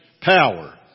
power